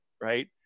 Right